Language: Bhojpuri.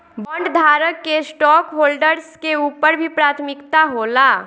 बॉन्डधारक के स्टॉकहोल्डर्स के ऊपर भी प्राथमिकता होला